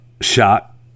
shot